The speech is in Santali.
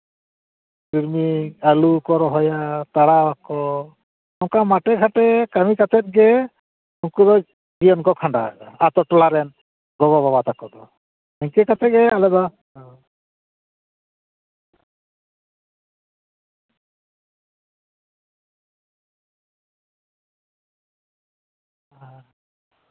ᱛᱤᱞᱢᱤᱧ ᱟᱞᱩ ᱠᱚ ᱨᱚᱦᱚᱭᱟ ᱛᱟᱲᱟᱣᱟᱠᱚ ᱱᱚᱝᱠᱟ ᱢᱟᱴᱷᱮᱼᱜᱷᱟᱴᱮ ᱠᱟᱹᱢᱤ ᱠᱟᱛᱮᱫ ᱜᱮ ᱱᱩᱠᱩ ᱫᱚ ᱡᱤᱭᱚᱱ ᱠᱚ ᱠᱷᱟᱸᱰᱟᱣᱮᱫᱟ ᱟᱹᱛᱩ ᱴᱚᱞᱟ ᱨᱮᱱ ᱜᱚᱜᱚ ᱵᱟᱵᱟ ᱛᱟᱠᱚ ᱫᱚ ᱱᱤᱝᱠᱟᱹ ᱠᱟᱛᱮᱫ ᱜᱮ ᱟᱞᱮ ᱫᱚ ᱦᱮᱸ